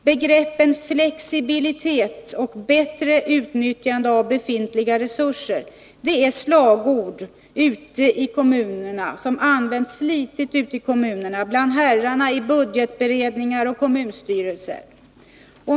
Begreppen ”flexibilitet” och ”bättre utnyttjande av befintliga resurser” är slagord som används flitigt ute i kommunerna bland herrarna i budgetberedningar och kommunstyrelser.